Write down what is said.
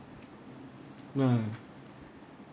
ya